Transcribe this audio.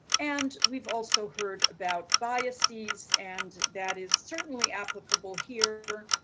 and we've also heard about biases and that is certainly applicable here.